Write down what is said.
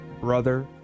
brother